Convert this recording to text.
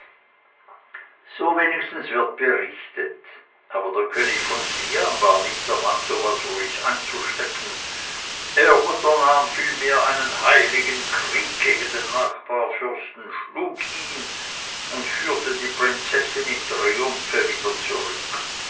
so wenigstens wird berichtet aber der könig von siam war nicht der mann so was ruhig einzustecken er unternahm vielmehr einen heiligen krieg gegen den nachbarfürsten schlug ihn und führte die prinzessin im triumphe wieder zurück